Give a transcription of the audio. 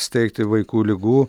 steigti vaikų ligų